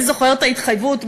מי זוכר את ההתחייבות?